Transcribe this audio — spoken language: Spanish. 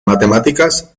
matemática